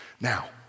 Now